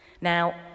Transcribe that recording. Now